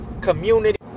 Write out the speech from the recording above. community